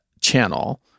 channel